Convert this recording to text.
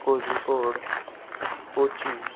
Kozhikode Kochi